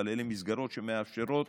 אבל אלה מסגרות שמאפשרות